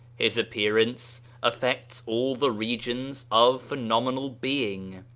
his appearance affects all the regions of phenomenal being.